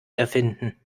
erfinden